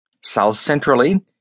South-centrally